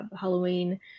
Halloween